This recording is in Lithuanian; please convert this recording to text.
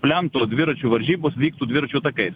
plento dviračių varžybos vyktų dviračių takais